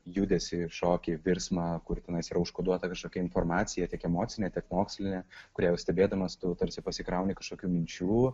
ir judesį ir šokį virsmą kur tenais yra užkoduota kažkokia informacija tiek emocinė tiek mokslinė kurią jau stebėdamas tu tarsi pasikrauni kažkokių minčių